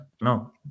no